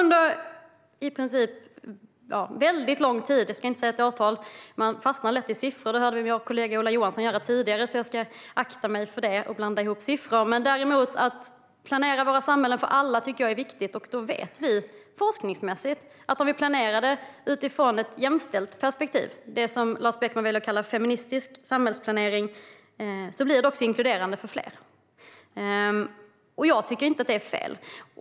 Under väldigt lång tid - jag ska inte säga ett årtal; man fastnar lätt i siffror, som vi hörde vår kollega Ola Johansson göra tidigare, så jag ska akta mig för det och för att blanda ihop siffror - har jag tyckt att det är viktigt att planera våra samhällen för alla. Vi vet forskningsmässigt att om vi planerar utifrån ett jämställt perspektiv, det som Lars Beckman vill kalla feministisk samhällsplanering, blir samhället inkluderande för fler. Jag tycker inte att det är fel.